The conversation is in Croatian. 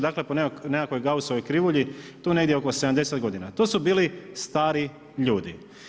Dakle, po nekakvoj Gausovoj krivulji, tu negdje oko 70 g. To su bili stari ljudi.